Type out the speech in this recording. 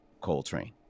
Coltrane